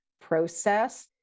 process